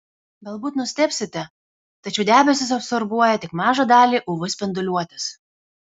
galbūt nustebsite tačiau debesys absorbuoja tik mažą dalį uv spinduliuotės